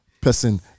person